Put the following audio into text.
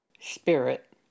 Spirit